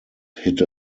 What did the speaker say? hit